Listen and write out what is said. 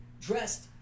dressed